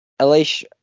Elish